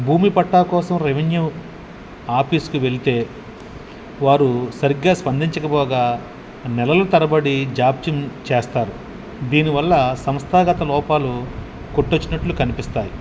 భూమి పట్టా కోసం రెవెన్యూ ఆఫీస్కు వెళ్తే వారు సరిగ్గా స్పందించకపోగా నెలలు తరబడీ జాప్యం చేస్తారు దీనివల్ల సంస్థాగత లోపాలు కొట్టొచ్చినట్లు కనిపిస్తాయి